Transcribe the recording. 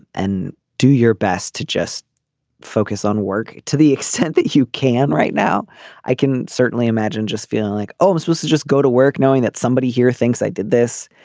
and do your best to just focus on work to the extent that you can. right now i can certainly imagine just feeling like oh so this is just go to work knowing that somebody here thinks i did this.